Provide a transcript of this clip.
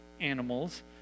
animals